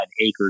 acres